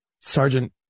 Sergeant